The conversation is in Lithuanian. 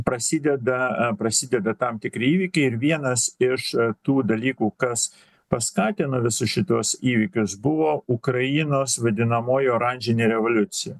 prasideda prasideda tam tikri įvykiai ir vienas iš tų dalykų kas paskatino visus šituos įvykius buvo ukrainos vadinamoji oranžinė revoliucija